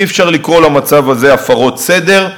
אי-אפשר לקרוא למצב הזה הפרות סדר.